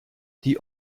die